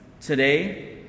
Today